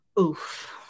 Oof